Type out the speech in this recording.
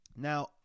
Now